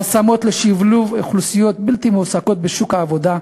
והשמות לשילוב אוכלוסיות בלתי מועסקות בשוק העבודה.